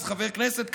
אז חבר כנסת,